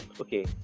Okay